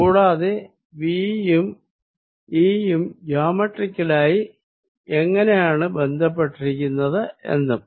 കൂടാതെ V യും E യും ജോമെട്രിക്കലായി എങ്ങിനെയാണ് ബന്ധപ്പെട്ടിരിക്കുന്നത് എന്നും